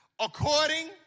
According